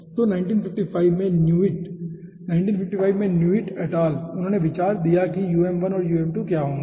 तो 1955 में न्यूइट 1955 में न्यूइट एट अल उन्होंने यह विचार दिया है कि um1 और um2 क्या होंगे